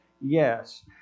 Yes